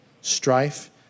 strife